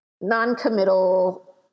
non-committal